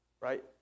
right